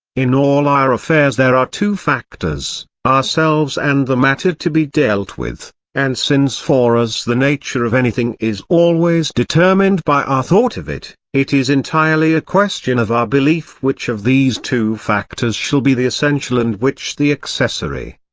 in all our affairs there are two factors, ourselves and the matter to be dealt with and since for us the nature of anything is always determined by our thought of it, it is entirely a question of our belief which of these two factors shall be the essential and which the accessory.